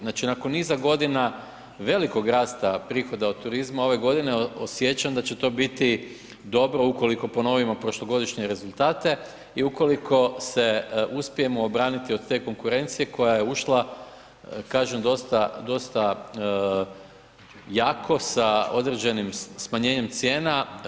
Znači, nakon niza godina velikog rasta prihoda od turizma, ove godine osjećam da će to biti dobro ukoliko ponovimo prošlogodišnje rezultate i ukoliko se uspijemo obraniti od te konkurencije koja je ušla, kažem, dosta jako sa određenim smanjenjem cijena.